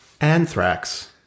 Anthrax